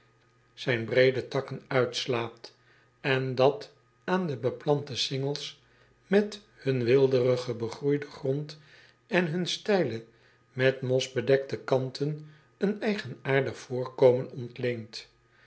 zijn breede takken uitslaat en dat aan de beplante cingels met hun weelderig begroeiden grond en hun steile met mos bedekte kanten een eigenaardig voorkomen ontleent